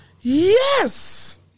Yes